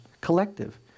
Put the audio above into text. Collective